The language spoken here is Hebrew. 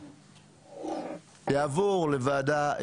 יעבור לוועדה אחרת.